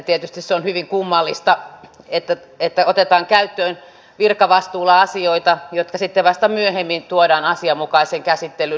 tietysti se on hyvin kummallista että otetaan käyttöön virkavastuulla asioita jotka sitten vasta myöhemmin tuodaan asianmukaiseen käsittelyyn